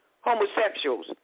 homosexuals